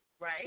Right